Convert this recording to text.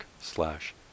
slash